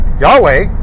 Yahweh